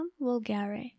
vulgare